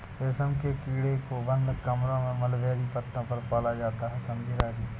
रेशम के कीड़ों को बंद कमरों में मलबेरी पत्तों पर पाला जाता है समझे राजू